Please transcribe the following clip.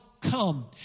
come